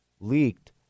leaked